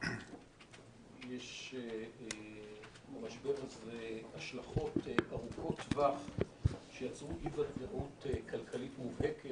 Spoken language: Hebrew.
יש למשבר הזה השלכות ארוכות טווח שיצרו אי-ודאות כלכלית מובהקת.